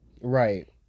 Right